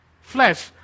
flesh